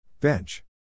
Bench